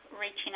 reaching